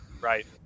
Right